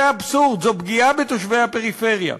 זה אבסורד, זו פגיעה בתושבי הפריפריה.